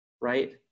right